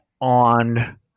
on